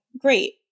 Great